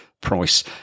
Price